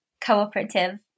cooperative